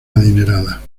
adinerada